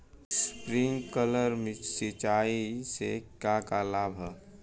Sprinkler सिंचाई से का का लाभ ह?